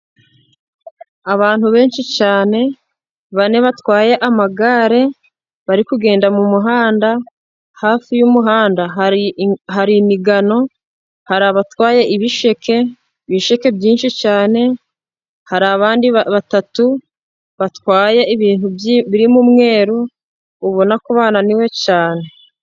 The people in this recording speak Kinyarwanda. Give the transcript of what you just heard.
Abantu benshi cyane, bane batwaye amagare, bari kugenda mu muhanda, hafi y'umuhanda hari imigano, hari abatwaye ibisheke, ibisheke byinshi cyane, hari abandi batatu, batwaye ibintu birimo umweru, ubona ko bananiwe cyane.